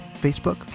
Facebook